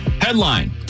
Headline